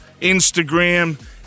Instagram